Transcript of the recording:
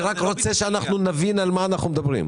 אני רק רוצה שאנחנו נבין על מה אנחנו מדברים.